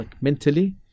mentally